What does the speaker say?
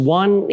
one